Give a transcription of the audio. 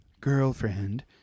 girlfriend